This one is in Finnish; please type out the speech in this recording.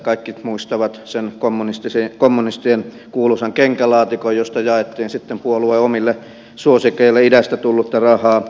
kaikki muistavat sen kommunistien kuuluisan kenkälaatikon josta jaettiin sitten puolueen omille suosikeille idästä tullutta rahaa